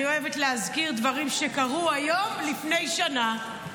אני אוהבת להזכיר דברים שקרו היום לפני שנה,